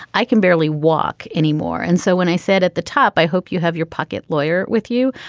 i can barely walk anymore. and so when i said at the top i hope you have your pocket lawyer with you.